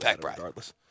Regardless